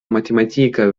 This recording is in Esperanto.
matematika